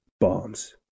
bombs